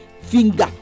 finger